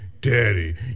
Daddy